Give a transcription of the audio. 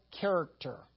character